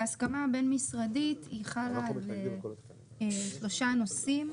ההסכמה הבין משרדית חלה על שלושה נושאים.